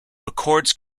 records